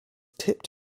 tipped